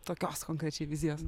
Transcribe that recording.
tokios konkrečiai vizijos